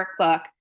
workbook